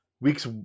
weeks